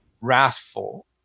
wrathful